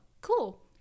cool